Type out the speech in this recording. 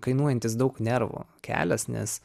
kainuojantis daug nervų kelias nes